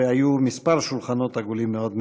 והיו כמה שולחנות עגולים מאוד מעניינים.